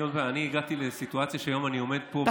אני הגעתי לסיטואציה שהיום אני עומד פה,